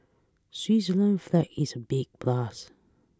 Switzerland's flag is big plus